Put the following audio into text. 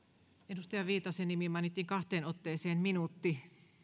edustaja viitasen nimi mainittiin kahteen otteeseen minuutin